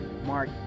Mark